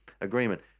agreement